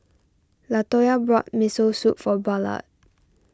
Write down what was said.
Latoya bought Miso Soup for Ballard